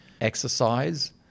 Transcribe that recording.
exercise